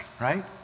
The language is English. right